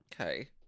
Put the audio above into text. Okay